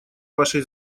вашей